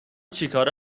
چیکاره